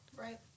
Right